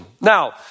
Now